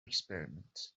experiment